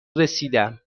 رسیدم